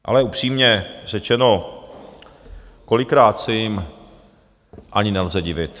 Ale upřímně řečeno, kolikrát se jim ani nelze divit.